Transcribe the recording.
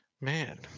man